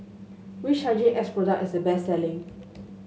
which Hygin X product is the best selling